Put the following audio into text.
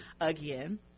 again